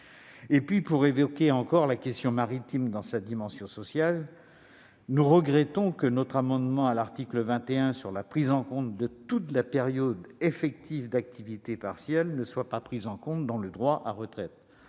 ! Pour évoquer encore la question maritime dans sa dimension sociale, nous regrettons que notre amendement à l'article 21 sur la prise en compte de toute la période effective d'activité partielle dans le calcul du droit à la retraite